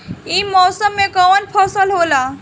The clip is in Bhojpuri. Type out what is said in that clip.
ई मौसम में कवन फसल होला?